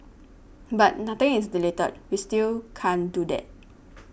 but nothing is deleted we still can't do that